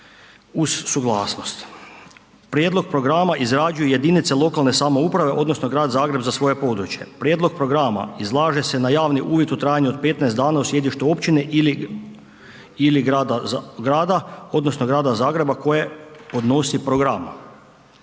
uz suglasnost. Prijedlog programa izrađuju jedinice lokalne samouprave odnosno grad Zagreb za svoje područje. Prijedlog programa izlaže se na javni uvid u trajanju od 15 dana u sjedištu općine ili grada odnosno grada Zagreba koje podnosi program.